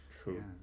True